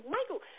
Michael